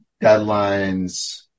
deadlines